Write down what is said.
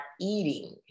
eating